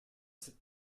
cette